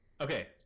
Okay